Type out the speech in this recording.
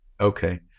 Okay